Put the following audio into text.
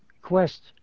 quest